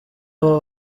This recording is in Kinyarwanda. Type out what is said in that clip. abo